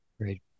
Great